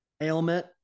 ailment